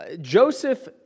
Joseph